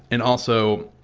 and also,